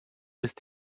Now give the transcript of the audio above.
ist